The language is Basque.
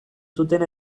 zuten